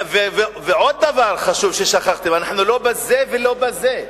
עוד דבר חשוב ששכחתי, אנחנו לא בזה ולא בזה.